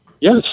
Yes